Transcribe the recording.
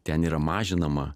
ten yra mažinama